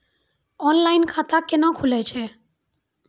Online खाता केना खुलै छै?